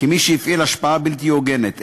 כמי שהפעיל השפעה בלתי הוגנת,